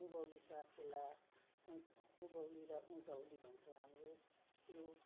उँभौली साकेला उँभ् उँभौली र उँधौली भन्छौँ हाम्रो त्यो